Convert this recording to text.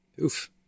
Oof